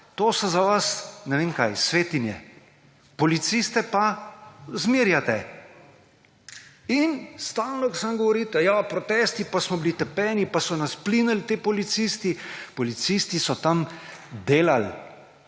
to so za vas, ne vem kaj, svetinje. Policiste pa zmerjate in stalno samo govorite, češ, protesti, pa smo bili tepeni, pa so nas plinili ti policisti. Policisti so tam delali,